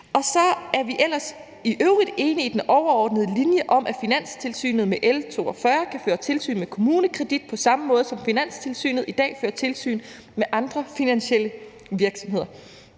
på. Så er vi i øvrigt enige i den overordnede linje om, at Finanstilsynet med L 42 kan føre tilsyn med KommuneKredit på samme måde, som Finanstilsynet i dag fører tilsyn med andre finansielle virksomheder.